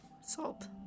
Salt